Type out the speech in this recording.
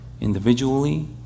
individually